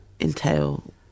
entail